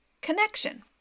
connection